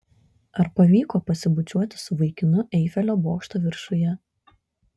ar pavyko pasibučiuoti su vaikinu eifelio bokšto viršuje